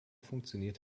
funktioniert